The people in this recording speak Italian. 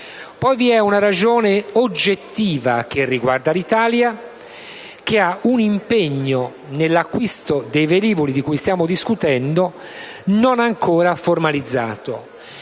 Poi vi è una ragione oggettiva, che riguarda l'Italia, la quale ha un impegno, nell'acquisto dei velivoli di cui stiamo discutendo, non ancora formalizzato.